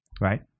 Right